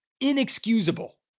inexcusable